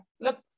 look